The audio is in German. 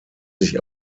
sich